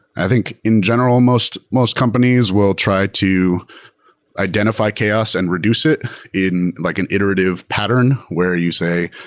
i think, in general, most most companies will try to identify chaos and reduce it in like an iterative pattern where you say,